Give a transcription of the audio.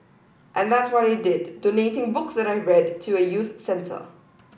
and that's what I did donating books that I've read to a youth centre